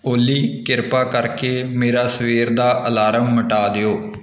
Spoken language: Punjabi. ਓਲੀ ਕਿਰਪਾ ਕਰਕੇ ਮੇਰਾ ਸਵੇਰ ਦਾ ਅਲਾਰਮ ਮਿਟਾ ਦਿਓ